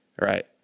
right